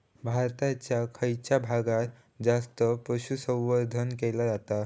भारताच्या खयच्या भागात जास्त पशुसंवर्धन केला जाता?